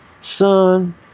son